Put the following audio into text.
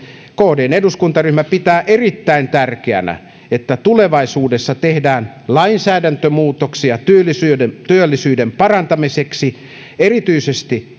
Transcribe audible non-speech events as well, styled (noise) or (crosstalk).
kdn eduskuntaryhmä pitää erittäin tärkeänä että tulevaisuudessa tehdään lainsäädäntömuutoksia työllisyyden työllisyyden parantamiseksi erityisesti (unintelligible)